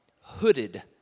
hooded